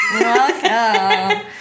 Welcome